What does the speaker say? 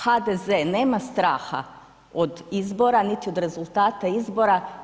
HDZ nema straha od izbora, niti od rezultata izbora.